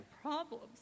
problems